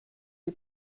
les